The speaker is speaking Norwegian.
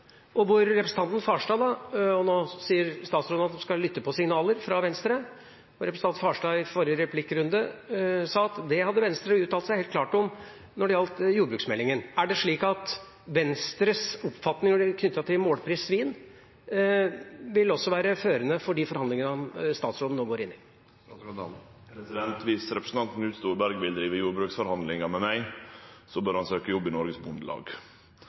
Nå sier statsråden at han skal lytte til signaler fra Venstre. Representanten Farstad sa i forrige replikkrunde at det hadde Venstre uttalt seg helt klart om når det gjaldt jordbruksmeldinga. Er det slik at Venstres oppfatning knyttet til målpris på svin også vil være førende for de forhandlingene statsråden nå går inn i? Viss representanten Storberget vil drive jordbruksforhandlingar med meg, bør han søkje jobb i Norges Bondelag